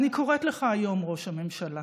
אני קוראת לך היום, ראש הממשלה: